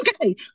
okay